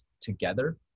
together